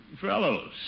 Fellows